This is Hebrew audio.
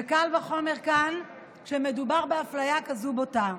וקל וחומר כאן, כשמדובר באפליה כזאת בוטה.